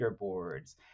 leaderboards